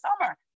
summer